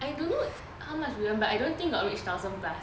I don't know how much we earn but I don't think got reach thousand plus